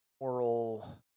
moral